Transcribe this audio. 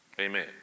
Amen